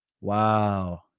Wow